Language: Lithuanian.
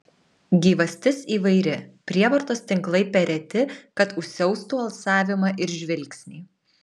gyvastis įvairi prievartos tinklai per reti kad užsiaustų alsavimą ir žvilgsnį